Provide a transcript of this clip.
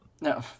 No